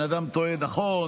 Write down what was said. בן אדם טוען: נכון,